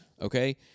Okay